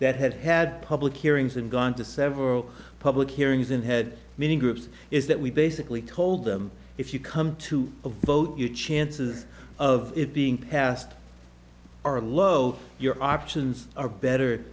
that have had public hearings and gone to several public hearings and had many groups is that we basically told them if you come to a vote your chances of it being passed are low your options are better